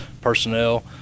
personnel